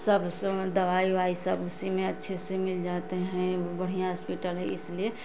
सब उसी में दवाई उवाई सब उसी में अच्छे से मिल जाते हैं बढ़िया हॉस्पिटल है इसलिए